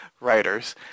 writers